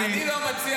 אני לא מציע